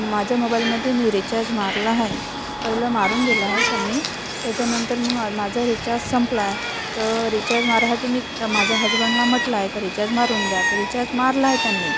माझ्या मोबाईलमध्ये मी रिचार्ज मारला आहे पहिलं मारून दिलं आहे त्यांनी त्याच्यानंतर मंग माझा रिचार्ज संपलाय त रिचार्ज मारायसाठी मी त माझ्या हजबंडला म्हटलंय का रिचार्ज मारून द्या तर रिचार्ज मारलाय त्यांनी